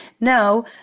now